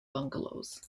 bungalows